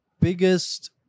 biggest